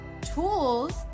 tools